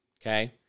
okay